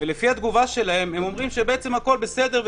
לפי התגובה שלהם הם אומרים שבעצם הכול בסדר,